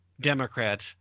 Democrats